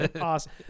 awesome